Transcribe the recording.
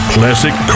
classic